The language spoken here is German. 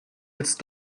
jetzt